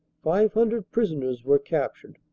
five hundred prisoners were captured.